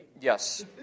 Yes